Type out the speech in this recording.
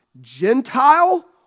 Gentile